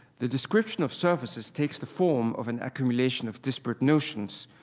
the description of surfaces takes the form of an accumulation of disparate notions,